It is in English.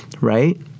right